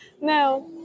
No